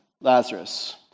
Lazarus